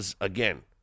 again